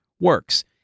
works